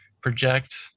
project